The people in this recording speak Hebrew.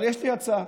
אבל יש לי הצעה